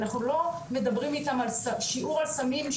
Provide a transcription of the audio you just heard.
אנחנו לא מדברים איתם על שיעור על סמים,